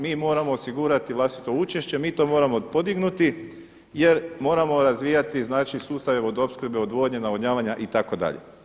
Mi moramo osigurati vlastito učešće, mi to moramo podignuti jer moramo razvijati, znači sustave vodoopskrbe, odvodnje, navodnjavanja itd.